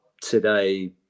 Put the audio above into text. today